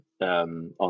on